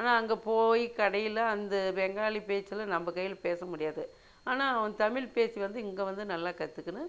ஆனால் அங்கே போய் கடையில் அந்த பெங்காலி பேச்செலாம் நம்ம கையில் பேச முடியாது ஆனால் அவன் தமிழ் பேச்சு வந்து இங்கே வந்து நல்லா கற்றுக்கினு